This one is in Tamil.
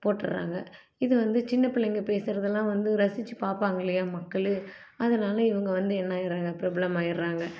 போட்டுர்றாங்க இது வந்து சின்ன பிள்ளைங்க பேசுறதெல்லாம் வந்து ரசிச்சு பார்ப்பாங்க இல்லையா மக்களும் அதனால் இவங்க வந்து என்ன ஆயிடுறாங்க பிரபலம் ஆயிடுறாங்க